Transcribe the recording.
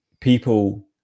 people